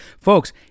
Folks